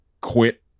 quit